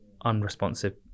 unresponsive